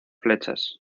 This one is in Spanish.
flechas